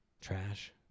Trash